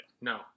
No